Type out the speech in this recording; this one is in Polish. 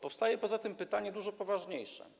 Powstaje poza tym pytanie dużo poważniejsze.